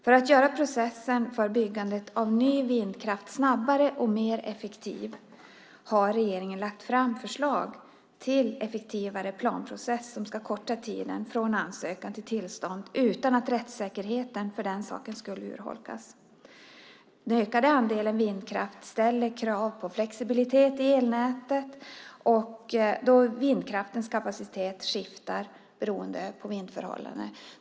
För att göra processen för byggandet av ny vindkraft snabbare och mer effektiv har regeringen lagt fram förslag till en effektivare planprocess som ska korta tiden från ansökan till tillstånd utan att rättssäkerheten för den sakens skull urholkas. Den ökade andelen vindkraft ställer krav på flexibilitet i elnätet, då vindkraftens kapacitet skiftar beroende på vindförhållanden.